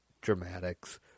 dramatics